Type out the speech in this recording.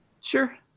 Sure